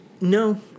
No